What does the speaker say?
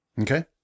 Okay